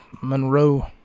Monroe